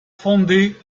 fonder